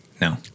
No